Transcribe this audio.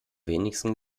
wenigsten